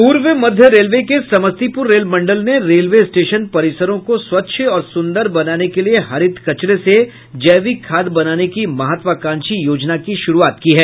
पूर्व मध्य रेलवे के समस्तीपुर रेल मंडल ने रेलवे स्टेशन परिसरों को स्वच्छ और सुंदर बनाने के लिये हरित कचरे से जैविक खाद बनाने की महत्वाकांक्षी योजना की शुरुआत की है